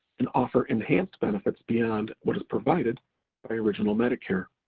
and offer enhanced benefits beyond what is provided by original medicare.